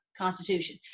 Constitution